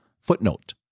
Footnote